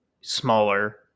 smaller